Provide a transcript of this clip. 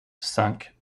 cinq